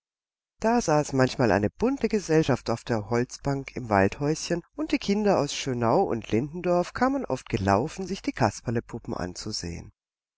da saß manchmal eine bunte gesellschaft auf der holzbank im waldhäuschen und die kinder aus schönau und lindendorf kamen oft gelaufen sich die kasperlepuppen anzusehen